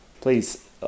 Please